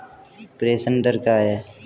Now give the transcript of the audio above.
प्रेषण दर क्या है?